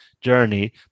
journey